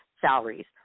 salaries